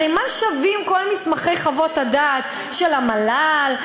הרי מה שווים כל מסמכי חוות הדעת של המל"ל,